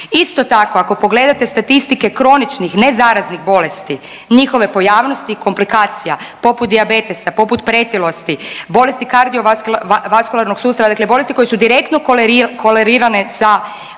Isto tako ako pogledate statistike kroničnih nezaraznih bolesti njihove pojavnosti i komplikacija poput dijabetesa, poput pretilosti, bolesti kardiovaskularnog sustava, dakle bolesti koje su direktno koleri…, kolerirane